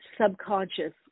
subconscious